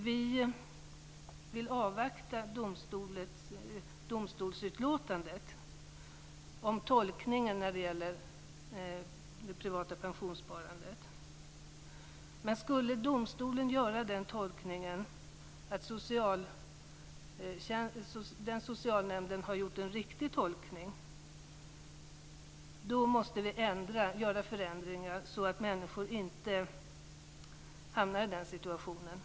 Vi vill avvakta domstolsutlåtandet om tolkningen när det gäller det privata pensionssparandet. Men skulle domstolen göra tolkningen att socialnämnderna har gjort en riktig tolkning, måste vi göra förändringar så att människor inte hamnar i en besvärlig situation.